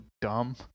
dumb